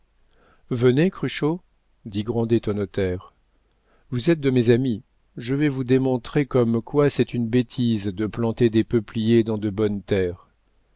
venez cruchot dit grandet au notaire vous êtes de mes amis je vais vous démontrer comme quoi c'est une bêtise de planter des peupliers dans de bonnes terres